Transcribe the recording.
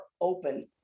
open